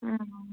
ആണോ